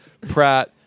Pratt